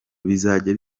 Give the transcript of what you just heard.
bizajya